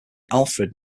alfred